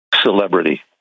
celebrity